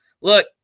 Look